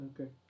Okay